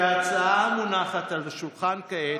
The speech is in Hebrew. שההצעה המונחת על השולחן כעת,